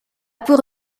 pour